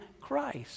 Christ